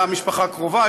אין לה משפחה קרובה,